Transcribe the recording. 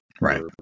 right